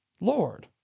Lord